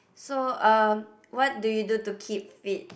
so um what do you do to keep fit